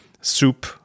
soup